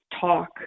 talk